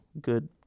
good